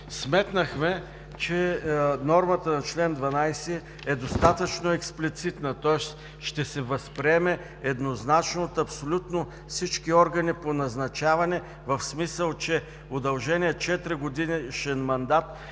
Сметнахме, че нормата на чл. 12 е достатъчно експлицитна, тоест ще се възприеме еднозначно от абсолютно всички органи по назначаване в смисъл, че удълженият 4-годишен мандат се